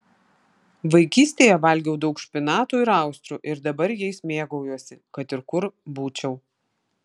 vaikystėje valgiau daug špinatų ir austrių ir dabar jais mėgaujuosi kad ir kur būčiau